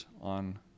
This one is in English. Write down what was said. on